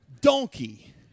donkey